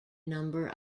number